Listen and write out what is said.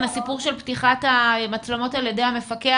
הסיפור של פתיחת המצלמות על ידי המפקח